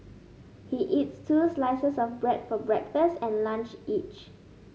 he eats two slices of bread for breakfast and lunch each